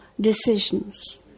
decisions